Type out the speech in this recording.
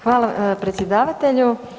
Hvala, predsjedavatelju.